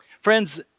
Friends